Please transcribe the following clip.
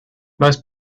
most